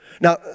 Now